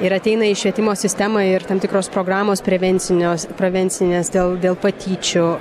ir ateina į švietimo sistemą ir tam tikros programos prevencinios prevencinės dėl dėl patyčių